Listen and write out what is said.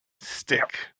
stick